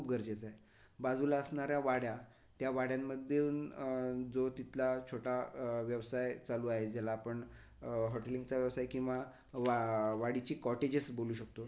खूप गरजेचं आहे बाजूला असणाऱ्या वाड्या त्या वाड्यांमधून जो तिथला छोटा व्यवसाय चालू आहे ज्याला आपण हॉटेलिंगचा व्यवसाय किंवा वा वाडीची कॉटेजेस बोलू शकतो